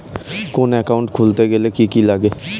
কোন একাউন্ট খুলতে গেলে কি কি লাগে?